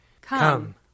Come